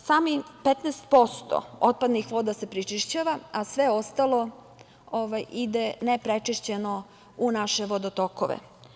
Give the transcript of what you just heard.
Samih 15% otpadnih voda se prečišćava, a sve ostalo ide neprečišćeno u naše vodotokove.